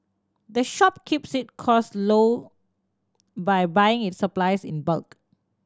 the shop keeps it costs low by buying its supplies in bulk